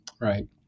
right